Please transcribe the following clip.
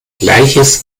gleiches